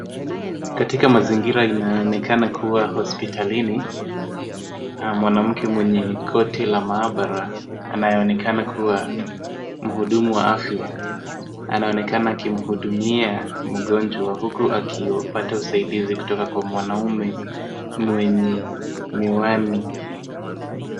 Katika mazingira inayoonekana kuwa hospitalini, mwanamke mwenye koti la maabara anayeonekana kuwa muhudumu wa afya, anaonekana akimuhudumia mgonjwa, huku akiupata usaidizi kutoka kwa mwanaume mwenye miwani.